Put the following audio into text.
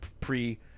pre